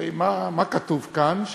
הרי מה כתוב כאן?